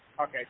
Okay